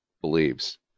believes